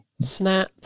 Snap